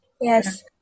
yes